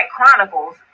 Chronicles